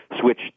switch